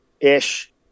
ish